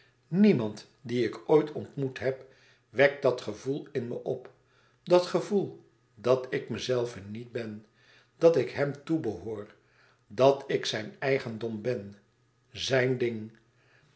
niemand dien ik ooit ontmoet heb wekt dat gevoel in me op dat gevoel dat ik mezelve niet ben dat ik hem toebehoor dat ik zijn eigendom ben zijn ding